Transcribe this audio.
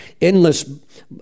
endless